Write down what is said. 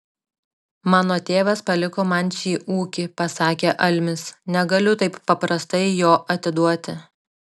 mano tėvas paliko man šį ūkį pasakė almis negaliu taip paprastai jo atiduoti